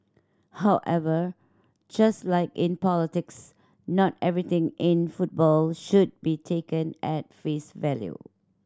however just like in politics not everything in football should be taken at face value